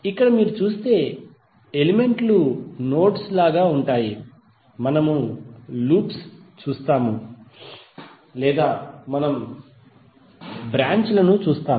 ఇక్కడ మీరు చూసే ఎలిమెంట్ లు నోడ్స్ లాగా ఉంటాయి మనము లూప్స్ చూస్తాము లేదా మనము బ్రాంచ్లను చూస్తాము